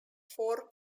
four